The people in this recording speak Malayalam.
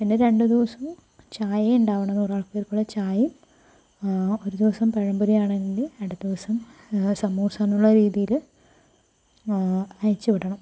പിന്നെ രണ്ട് ദിവസം ചായ ഉണ്ടാവണം നൂറാൾക്ക് വീതവുള്ള ചായയും ഒരു ദിവസം പഴം പൊരിയാണെങ്കിൽ അടുത്ത ദിവസം സമൂസ എന്നുള്ള രീതിയില് അയച്ച് വിടണം